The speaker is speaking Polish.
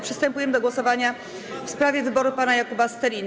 Przystępujemy do głosowania w sprawie wyboru pana Jakuba Steliny.